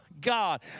God